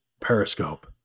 Periscope